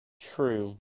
True